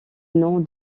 nom